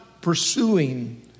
pursuing